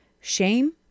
Shame